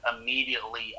immediately